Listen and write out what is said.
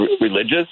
religious